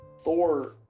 Thor